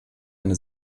eine